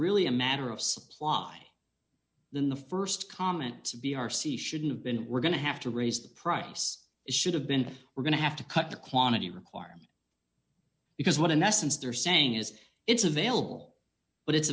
really a matter of supply then the st comment to b r c shouldn't have been we're going to have to raise the price should have been we're going to have to cut the quantity requirement because what in essence they're saying is it's available but it's